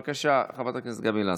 בבקשה, חברת הכנסת גבי לסקי.